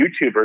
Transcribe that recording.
youtubers